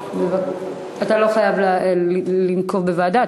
אתה לא חייב לנקוב בוועדה,